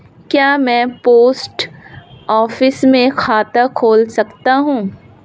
क्या मैं post office में खाता खोल सकता हूँ?